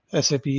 SAP